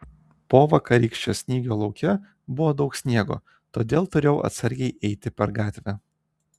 po vakarykščio snygio lauke buvo daug sniego todėl turėjau atsargiai eiti per gatvę